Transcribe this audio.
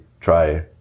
try